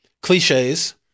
cliches